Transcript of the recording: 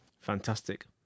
Fantastic